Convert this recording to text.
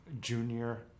junior